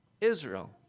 Israel